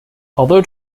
although